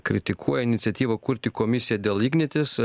kritikuoja iniciatyvą kurti komisiją dėl ignitis